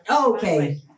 Okay